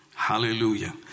Hallelujah